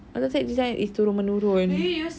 doctor said this [one] is turun-menurun